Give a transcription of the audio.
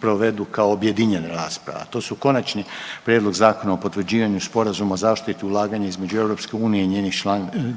provedu kao objedinjena rasprava, a to su: - Konačni prijedlog Zakona o potvrđivanju sporazuma o zaštiti ulaganja između EU i njenih